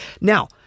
now